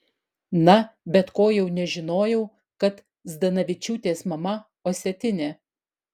na bet ko jau nežinojau kad zdanavičiūtės mama osetinė